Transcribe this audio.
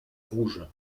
rouge